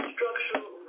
Structural